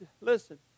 listen